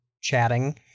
chatting